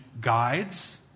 guides